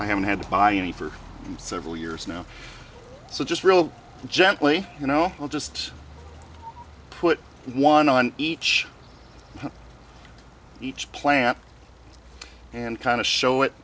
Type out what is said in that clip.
i haven't had to buy any for several years now so just real gently you know i'll just put one on each each plant and kind of show it